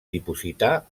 dipositar